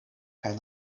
kaj